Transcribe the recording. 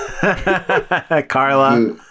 Carla